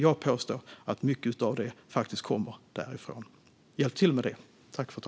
Jag påstår att mycket av detta kommer därifrån. Hjälp till med det!